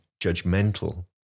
judgmental